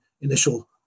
initial